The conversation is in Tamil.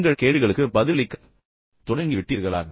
நீங்கள் கேள்விகளுக்கு பதிலளிக்கத் தொடங்கிவிட்டீர்களா